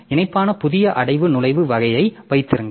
இணைப்பான புதிய அடைவு நுழைவு வகையை வைத்திருங்கள்